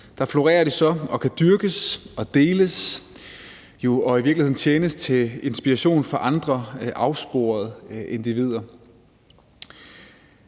Der florerer de så og kan dyrkes og deles og i virkeligheden tjene som inspiration for andre afsporede individer.